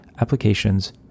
applications